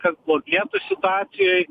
kad blogėtų situacijoj